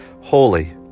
Holy